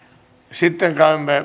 sitten käymme eduskuntaryhmien